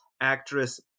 actress